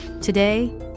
Today